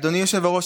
אדוני היושב-ראש,